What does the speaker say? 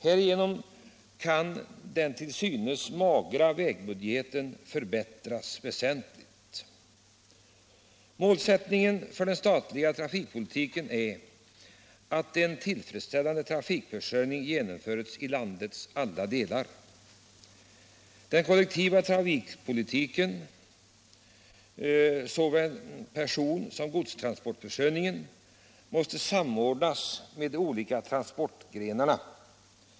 Härigenom kan den till synes magra vägbudgeten förbättras väsentligt. Målsättningen för den statliga trafikpolitiken är att en tillfredsställande trafikförsörjning genomförs i landets alla delar. Den kollektiva trafiken — person såväl som godstransportförsörjningen —- måste samordnas med de olika transportgrenarna.